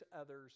others